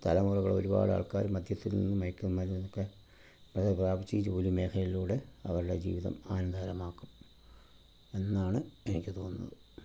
തലമുറകൾ ഒരുപാടാൾക്കാർ മദ്യത്തിൽ നിന്നും മയക്ക് മരുന്നിൽ നിന്നൊക്കെ പ്രാപിച്ച് ഈ ജോലി മേഖലകളിലൂടെ അവരുടെ ജീവിതം ആനന്ദകരമാക്കും എന്നാണ് എനിക്ക് തോന്നുന്നത്